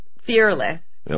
fearless